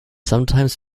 sometimes